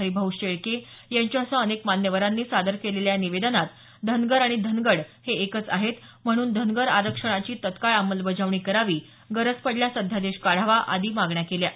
हरिभाऊ शेळके यांच्यासह अनेक मान्यवरांनी सादर केलेल्या या निवेदनात धनगर आणि धनगड हे एकच आहेत म्हणून धनगर आरक्षणाची तत्काळ अंमलबजावणी करावी गरज पडल्यास अध्यादेश काढावा आदी मागण्या केल्या आहेत